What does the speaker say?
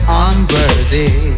unworthy